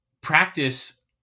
practice